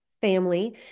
family